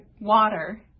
water